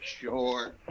Sure